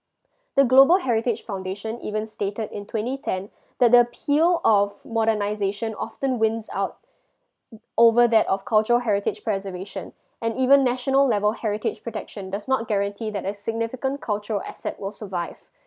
the global heritage foundation even stated in twenty ten that the appeal of modernization often wins out over that of culture heritage preservation and even national level heritage protection does not guarantee that a significant culture asset will survive